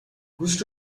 گوشت